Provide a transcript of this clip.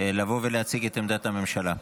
להציג את עמדת הממשלה.